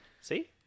See